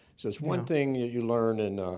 so it's one thing you learn in